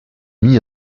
mit